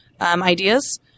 ideas